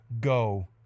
Go